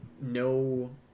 no